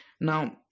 Now